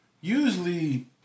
usually